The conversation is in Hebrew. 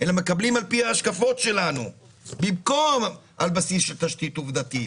אלא על פי ההשקפות שלנו במקום על בסיס של תשתית עובדתית.